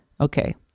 Okay